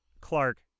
Clark